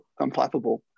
unflappable